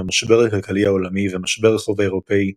עם המשבר הכלכלי העולמי ומשבר החוב האירופי,